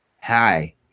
hi